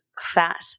fat